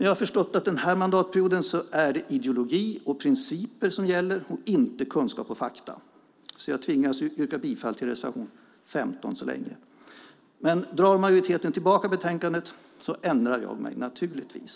Jag har förstått att den här mandatperioden är det ideologi och principer som gäller och inte kunskap och fakta, så jag tvingas att yrka bifall till reservation 15 så länge. Drar majoriteten tillbaka betänkandet ändrar jag mig naturligtvis.